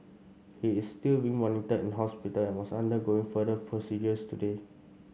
he is still being monitored in hospital and was undergoing further procedures today